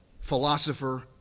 philosopher